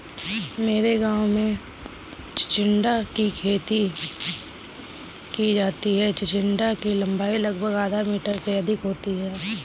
मेरे गांव में चिचिण्डा की खेती की जाती है चिचिण्डा की लंबाई लगभग आधा मीटर से अधिक होती है